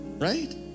Right